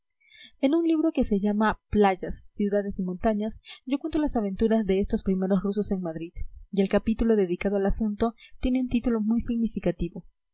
en un libro que se llama playas ciudades y montañas yo cuento las aventuras de estos primeros rusos en madrid y el capítulo dedicado al asunto tiene un título muy significativo